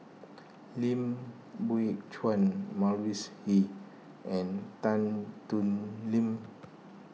Lim Biow Chuan Mavis Hee and Tan Thoon Lip